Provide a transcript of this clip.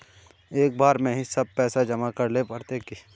एक बार में ही सब पैसा जमा करले पड़ते की?